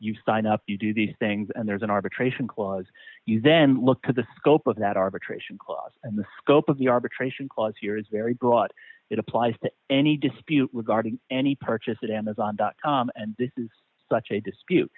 you sign up you do these things and there's an arbitration clause you then look at the scope of that arbitration clause and the scope of the arbitration clause here is very broad it applies to any dispute guarding any purchase at amazon dot com and this is such a dispute